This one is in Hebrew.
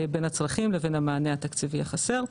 בין הצרכים לבין המענה התקציבי החסר.